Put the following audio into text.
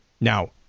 Now